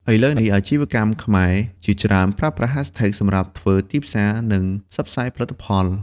ឥឡូវនេះ អាជីវកម្មខ្មែរជាច្រើនប្រើប្រាស់ hashtags សម្រាប់ធ្វើទីផ្សារ និងផ្សព្វផ្សាយផលិតផល។